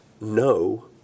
no